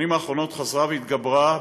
בשנים האחרונות חזרה והתגברה,